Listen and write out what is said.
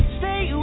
stay